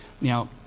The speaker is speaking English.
Now